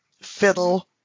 fiddle